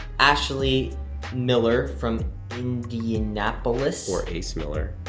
ashley miller from indianapolis. or ace miller.